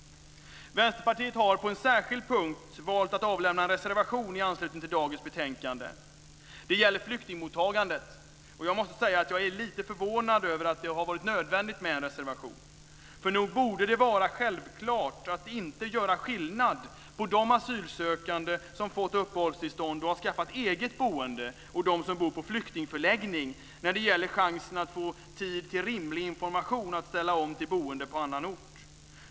Vänsterpartiet har på en särskild punkt valt att avlämna en reservation i anslutning till dagens betänkande. Det gäller flyktingmottagandet, och jag måste säga att jag är lite förvånad över att det har varit nödvändigt med en reservation. Nog borde det vara självklart att inte göra skillnad på de asylsökande som fått uppehållstillstånd och har skaffat eget boende och de som bor på flyktingförläggning när det gäller chansen att få tid till rimlig information att ställa om till boende på annan ort.